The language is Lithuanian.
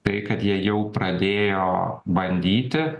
tai kad jie jau pradėjo bandyti